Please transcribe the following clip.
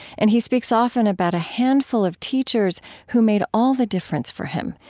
and he speaks often about a handful of teachers who made all the difference for him,